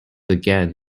again